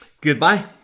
Goodbye